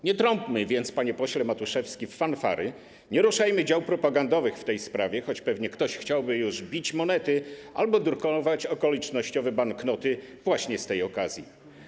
Nie trąbmy więc, panie pośle Matuszewski, w fanfary, nie ruszajmy dział propagandowych w tej sprawie, choć pewnie ktoś chciałby już bić monety albo drukować okolicznościowe banknoty właśnie z tej okazji.